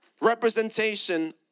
representation